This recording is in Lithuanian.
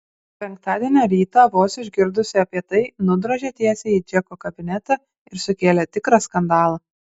penktadienio rytą vos išgirdusi apie tai nudrožė tiesiai į džeko kabinetą ir sukėlė tikrą skandalą